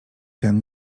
ten